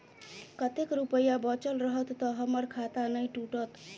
कतेक रुपया बचल रहत तऽ हम्मर खाता नै टूटत?